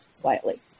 quietly